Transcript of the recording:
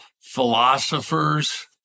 philosophers